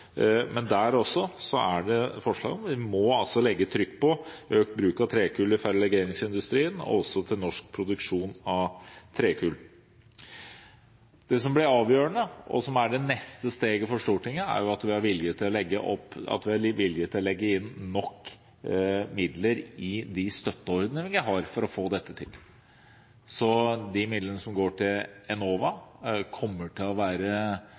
norsk produksjon av trekull. Det som blir avgjørende, og som er det neste steget for Stortinget, er at vi er villige til å legge inn nok midler i de støtteordningene vi har for å få dette til. De midlene som går til Enova, kommer til å være